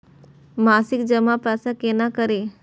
मासिक जमा पैसा केना करी?